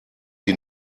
die